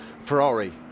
Ferrari